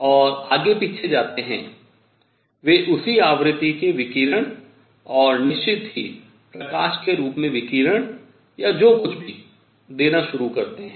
और आगे पीछे जातें हैं वे उसी आवृत्ति के विकिरण और निश्चित ही प्रकाश के रूप में विकिरण या जो कुछ भी देना शुरू करते हैं